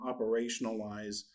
operationalize